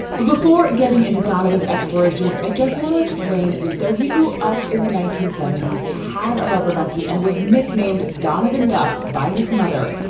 but before getting into donovans explorations. i just want to explain that though he grew up in the nineteen seventy s, had a rubber ducky and was nicknamed donovan duck by his mother.